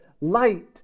light